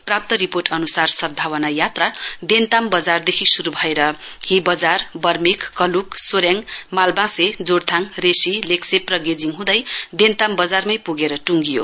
प्राप्त रिपोर्ट अनुसार सद्भावना यात्रा देन्ताम बजारदेखि शुरू भएर ही बजार बर्मेक कलुक सोरेङ मालबाँसे जोरथाङ रेसी लेग्शेप र गेजिङ हँदै देन्तम बजारमै पुगेर ट्ङ्गियो